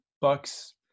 Bucks